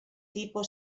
tipo